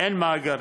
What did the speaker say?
אין מאגרים.